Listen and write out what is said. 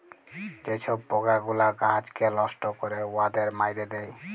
যে ছব পকাগুলা গাহাচকে লষ্ট ক্যরে উয়াদের মাইরে দেয়